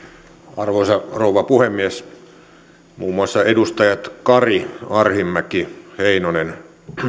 arvoisa rouva puhemies muun muassa edustajat kari arhinmäki heinonen